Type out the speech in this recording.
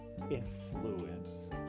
influence